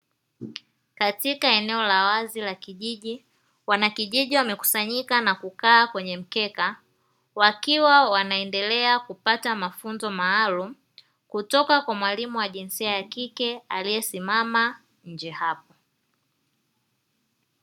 Katika eneo la wazi la kijiji, wanakijiji wamekusanyika na kukaa kwenye mkeka wakiwa wanaendelea kupata mafunzo maalumu, kutoka kwa mwalimu wa jinsia ya kike aliyesimama nje hapo.